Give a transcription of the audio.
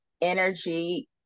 energy